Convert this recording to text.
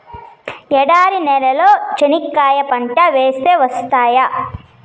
ఎడారి నేలలో చెనక్కాయ పంట వేస్తే వస్తాయా?